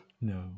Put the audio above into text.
No